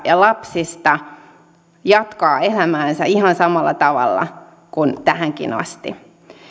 ja lapsista jatkaa elämäänsä ihan samalla tavalla kuin tähänkin asti